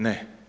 Ne.